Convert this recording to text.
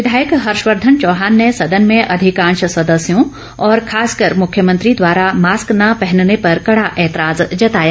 विधायक हर्षवर्धन चौहान ने सदन में अधिकांश सदस्यों और खासकर मुख्यमंत्री द्वारा मास्क न पहनने पर कड़ा एतराज जताया